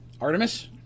Artemis